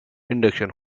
induction